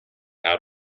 out